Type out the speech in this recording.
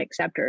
acceptors